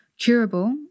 Curable